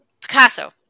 Picasso